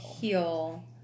heal